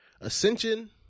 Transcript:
Ascension